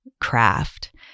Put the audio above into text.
craft